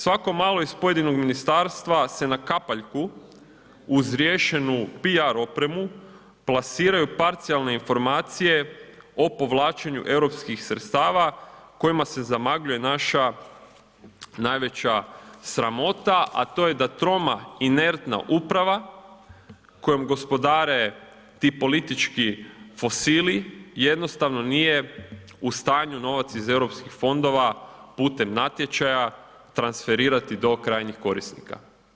Svako malo iz pojedinog ministarstva se na kapaljku uz riješenu PR opremu plasiraju parcijalne informacije o povlačenju europskih sredstava kojima se zamagljuje naša najveća sramota a to je da troma i inertna uprava kojom gospodare ti politički fosili jednostavno nije u stanju novac iz eu fondova putem natječaja transferirati do krajnjih korisnika.